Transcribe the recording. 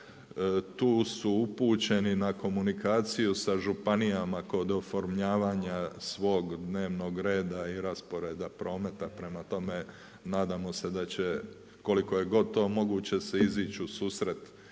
tu su upućeni na komunikaciju sa županijama kod oformljavanja svog dnevnog reda i rasporeda prometa. Prema tome, nadamo se da će koliko je god to moguće se izići u susret